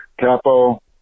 Capo